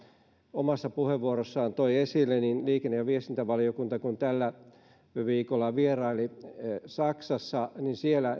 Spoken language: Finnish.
omassa puheenvuorossaan toi esille niin kun liikenne ja viestintävaliokunta tällä viikolla vieraili saksassa niin siellä